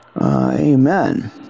Amen